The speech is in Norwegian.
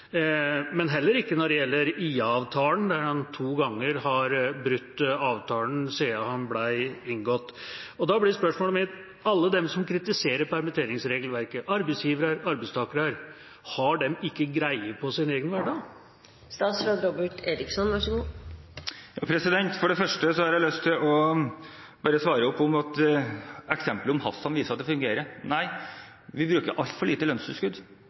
men heller ikke når det gjelder IA-avtalen, der han to ganger har brutt avtalen siden den ble inngått. Da blir spørsmålet mitt: Alle som kritiserer permitteringsregelverket, arbeidsgivere og arbeidstakere, har de ikke greie på sin egen hverdag? Først har jeg lyst til å svare på om eksemplet om Hassan viser at det fungerer. Nei, vi bruker altfor lite lønnstilskudd.